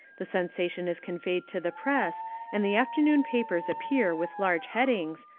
the sensation is conveyed to the press and the afternoon papers appear with large headings,